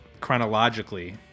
chronologically